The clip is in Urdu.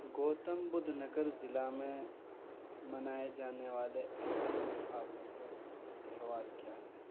گوتم بدھ نگر ضلع میں منائے جانے والے اہم ثقافتی تہوار کیا ہیں